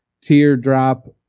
teardrop